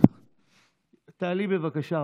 תעלי, בבקשה.